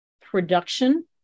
production